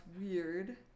weird